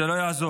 זה לא יעזור.